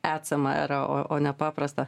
etsam era o o ne paprastą